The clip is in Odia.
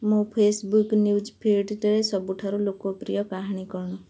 ମୋ ଫେସବୁକ୍ ନ୍ୟୁଜ୍ ଫିଡ଼୍ରେ ସବୁଠାରୁ ଲୋକପ୍ରିୟ କାହାଣୀ କ'ଣ